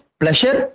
pleasure